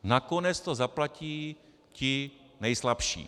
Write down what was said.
Nakonec to zaplatí ti nejslabší.